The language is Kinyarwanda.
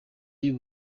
y’u